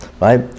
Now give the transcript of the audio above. right